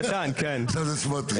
עכשיו זה סמוטריץ'.